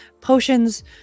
potions